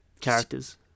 characters